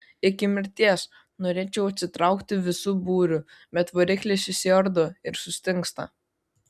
iki mirties norėčiau atsitraukti visu būriu bet variklis išsiardo ir sustingsta